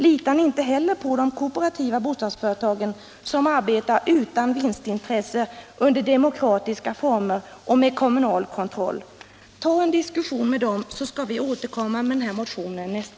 Litar ni inte heller på de kooperativa bostadsföretagen, som arbetar utan vinstintressen, i demokratiska former och med kommunal kontroll? Ta en diskussion med dem, så skall vi återkomma med denna motion nästa år!